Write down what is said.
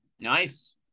Nice